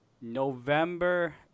November